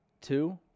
Two